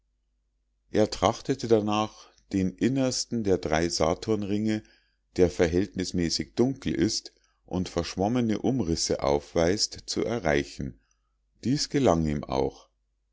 er trachtete danach den innersten der drei saturnringe der verhältnismäßig dunkel ist und verschwommene umrisse aufweist zu erreichen dies gelang ihm auch